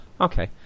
Okay